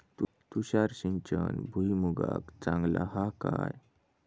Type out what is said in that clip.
तुषार सिंचन भुईमुगाक चांगला हा काय?